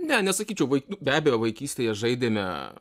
ne nesakyčiau be abejo vaikystėje žaidėme